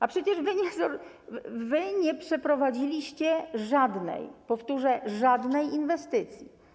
A przecież wy nie przeprowadziliście żadnej - powtórzę - żadnej inwestycji.